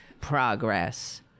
progress